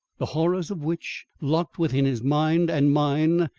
the horrors of which, locked within his mind and mine,